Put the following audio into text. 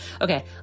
Okay